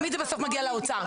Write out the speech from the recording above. זה תמיד בסוף מגיע לאוצר.